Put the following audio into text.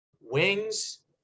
wings